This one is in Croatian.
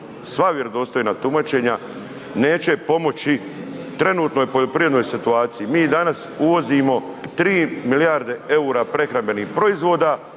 sva vjerodostojna tumačenja neće pomoći trenutnoj poljoprivrednoj situaciji. Mi danas uvozimo tri milijarde eura prehrambenih proizvoda